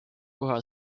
koha